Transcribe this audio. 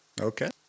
okay